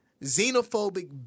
xenophobic